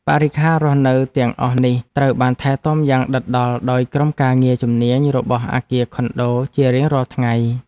បរិក្ខាររស់នៅទាំងអស់នេះត្រូវបានថែទាំយ៉ាងដិតដល់ដោយក្រុមការងារជំនាញរបស់អគារខុនដូជារៀងរាល់ថ្ងៃ។